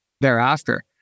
thereafter